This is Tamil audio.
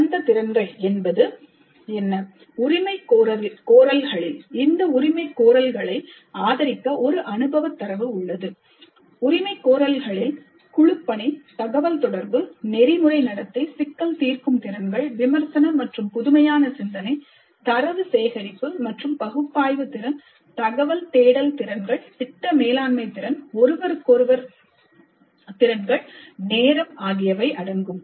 பரந்த திறன்கள் உரிமைகோரல்களில் இந்த உரிமைகோரல்களை ஆதரிக்க ஒரு அனுபவ தரவு உள்ளது குழுப்பணி தகவல் தொடர்பு நெறிமுறை நடத்தை சிக்கல் தீர்க்கும் திறன்கள் விமர்சன மற்றும் புதுமையான சிந்தனை தரவு சேகரிப்பு மற்றும் பகுப்பாய்வு திறன் தகவல் தேடல் திறன்கள் திட்ட மேலாண்மை திறன் ஒருவருக்கொருவர் திறன்கள் நேரம் ஆகியவை அடங்கும்